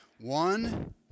One